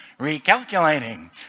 Recalculating